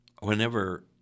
whenever